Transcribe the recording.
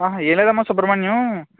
ఏం లేదమ్మా సుబ్రహ్మణ్యం